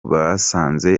basanze